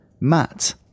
Matt